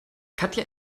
katja